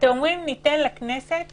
אתם אומרים: ניתן לכנסת